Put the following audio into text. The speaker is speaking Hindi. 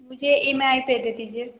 मुझे ई म आई पे से दीजिए